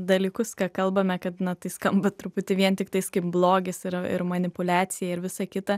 dalykus ką kalbame kad na tai skamba truputį vien tiktais kaip blogis ir ir manipuliacija ir visa kita